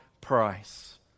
price